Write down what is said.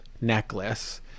necklace